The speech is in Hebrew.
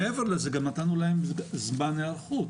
מעבר לזה, גם נתנו להם זמן היערכות.